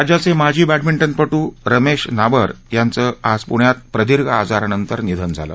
राज्याचे माजी बॅडमिंटनपटू रमेश नाबर यांचं आज पुण्यात प्रदीर्घ आजारानंतर निधन झालं